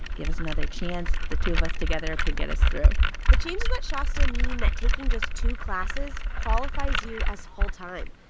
give us another chance. the two of us together can get us through the changes at shasta mean that taking just two classes qualifies you as full-time.